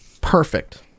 Perfect